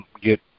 get